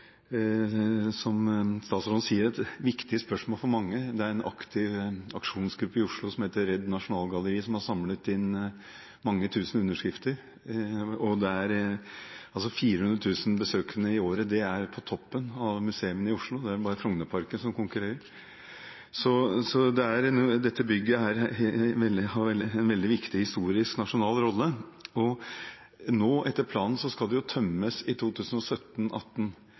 som statsråden sier, et viktig spørsmål for mange. Det er en aktiv aksjonsgruppe i Oslo som heter Redd Nasjonalgalleriet, som har samlet inn mange tusen underskrifter. Nasjonalgalleriet har 400 000 besøkende i året. Det ligger på topp av museene i Oslo – det er bare Frognerparken som konkurrerer. Så dette bygget har en veldig viktig nasjonalhistorisk rolle. Etter planen skal det tømmes i